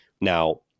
Now